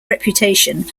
reputation